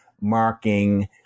marking